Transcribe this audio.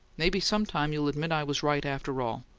maybe some time you'll admit i was right, after all.